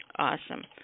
Awesome